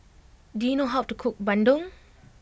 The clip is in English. do you know how to cook Bandung